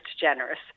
generous